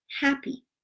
happy